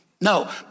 No